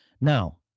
Now